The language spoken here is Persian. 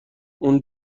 اون